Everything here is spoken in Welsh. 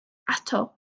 ato